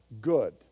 good